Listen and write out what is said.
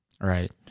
right